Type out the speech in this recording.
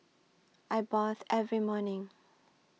I bathe every morning